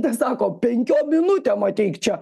dar sako penkiom minutėm ateik čia